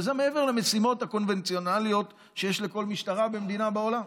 וזה מעבר למשימות הקונבנציונליות שיש לכל משטרה במדינה בעולם,